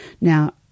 now